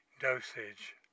dosage